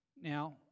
Now